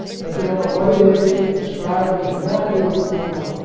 but you don't know what it is, you can't describe that you have no idea what's going on.